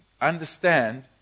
understand